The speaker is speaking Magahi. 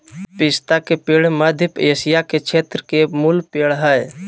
पिस्ता के पेड़ मध्य एशिया के क्षेत्र के मूल पेड़ हइ